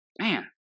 Man